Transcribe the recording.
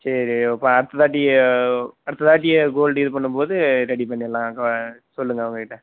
சரி இப்போ அடுத்த தாட்டி அடுத்த தாட்டி கோல்டு இது பண்ணும் போது ரெடி பண்ணிடலாம் சொல்லுங்கள் அவங்ககிட்ட